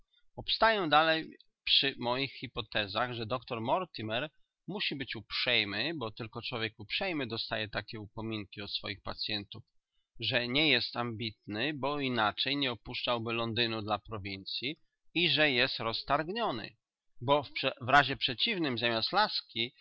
obstaję dalej przy moich hypotezach że doktor mortimer musi być uprzejmy bo tylko człowiek uprzejmy dostaje takie upominki od swoich pacyentów że nie jest ambitny bo inaczej nie opuszczałby londynu dla prowincyi i że jest roztargniony bo w razie przeciwnym zamiast laski